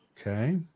Okay